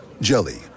Jelly